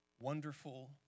wonderful